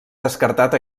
descartat